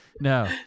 No